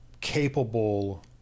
Capable